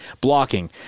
blocking